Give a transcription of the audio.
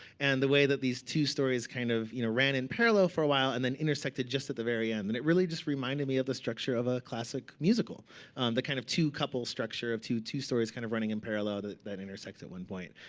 and the way that these two stories kind of you know ran in parallel for a while, and then intersected just at the very end. and it really just reminded me of the structure of a classic musical the kind of two couple structure of two two stories kind of running in parallel that that intersect at one point.